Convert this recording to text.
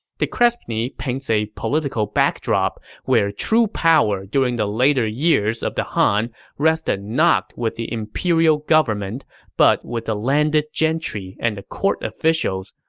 de crespigny paints a political backdrop where true power during the later years of the han rested not with the imperial government but with the landed gentry and the court officials,